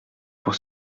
pour